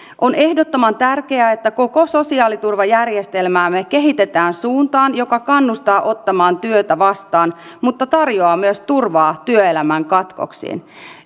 on ehdottoman tärkeää että koko sosiaaliturvajärjestelmäämme kehitetään suuntaan joka kannustaa ottamaan työtä vastaan mutta tarjoaa myös turvaa työelämän katkoksiin